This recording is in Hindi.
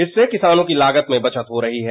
इससे किसानों की लागत में बचत हो रही है